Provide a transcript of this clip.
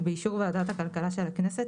ובאישור ועדת הכלכלה של הכנסת,